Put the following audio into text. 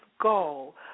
goal